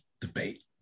debate